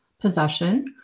possession